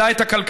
אלא את הכלכלה,